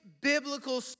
biblical